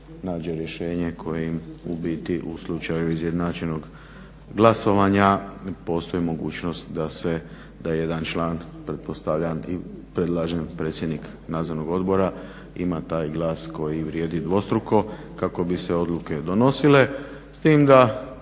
nađe rješenje kojim u biti u slučaju izjednačenog glasovanja postoji mogućnost da jedan član, pretpostavljam i predlažem predsjednik nadzornog odbora ima taj glas koji vrijedi dvostruko kako bi se odluke donosile s tim da